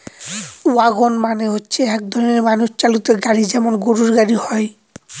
wagon মানে হচ্ছে এক রকমের মানুষ চালিত গাড়ি যেমন গরুর গাড়ি হয়